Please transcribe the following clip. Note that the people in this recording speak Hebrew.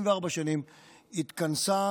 חבר הכנסת